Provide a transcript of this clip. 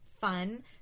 fun